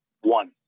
one